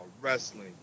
wrestling